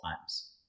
times